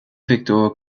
victor